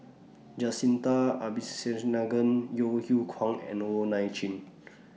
Jacintha Abisheganaden Yeo Yeow Kwang and Wong Nai Chin